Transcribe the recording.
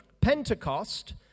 Pentecost